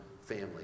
family